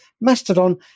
Mastodon